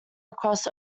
across